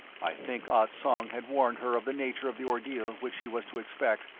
i think ah tsong had warned her of the nature of the ordeal which she was to expect,